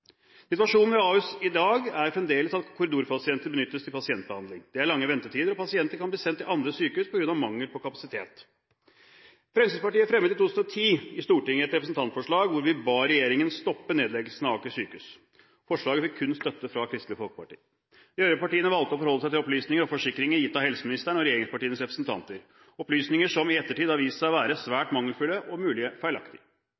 Situasjonen ved Ahus i dag er fremdeles at korridorer benyttes til pasientbehandling. De er lange ventetider, og pasienter kan bli sendt til andre sykehus på grunn av mangel på kapasitet. Fremskrittspartiet fremmet i Stortinget i 2010 et representantforslag hvor vi ba regjeringen stoppe nedleggelsen av Aker sykehus. Forslaget fikk kun støtte fra Kristelig Folkeparti. De øvrige partiene valgte å forholde seg til opplysninger og forsikringer gitt av helseministeren og regjeringspartienes representanter, opplysninger som i ettertid har vist seg å være